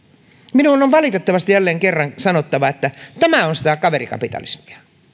minun on valitettavasti jälleen kerran sanottava että tämä on sitä kaverikapitalismia